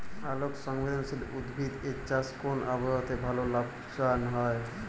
আলোক সংবেদশীল উদ্ভিদ এর চাষ কোন আবহাওয়াতে ভাল লাভবান হয়?